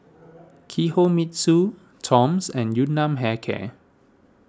Kinohimitsu Toms and Yun Nam Hair Care